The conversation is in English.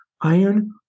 Iron